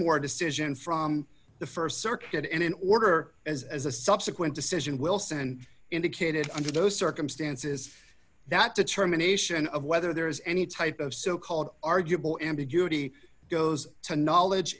pregnant or decision from the st circuit and in order as as a subsequent decision wilson indicated under those circumstances that determination of whether there is any type of so called arguable ambiguity goes to knowledge